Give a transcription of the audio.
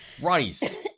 Christ